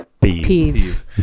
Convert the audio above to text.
peeve